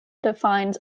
defines